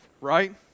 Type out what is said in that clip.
right